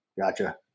Gotcha